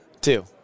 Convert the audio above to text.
two